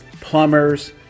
plumbers